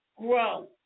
grow